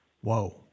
whoa